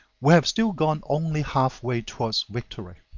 we have still gone only halfway towards victory.